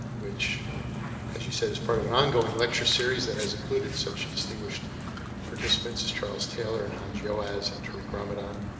which as you said is part of an ongoing lecture series that has included such distinguished participants as charles taylor, and hans ah joas, and tariq ramadan.